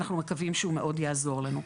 אנחנו מקווים שהוא מאוד יעזור לנו.